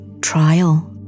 trial